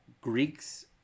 Greeks